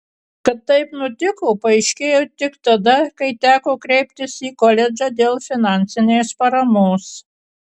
kad taip nutiko paaiškėjo tik tada kai teko kreiptis į koledžą dėl finansinės paramos